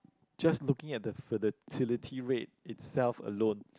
just looking at the fertility rate itself alone